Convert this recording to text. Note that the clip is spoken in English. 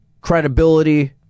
credibility